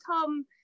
Tom